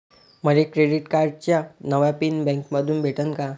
मले क्रेडिट कार्डाचा नवा पिन बँकेमंधून भेटन का?